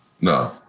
No